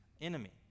enemy